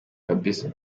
kabisa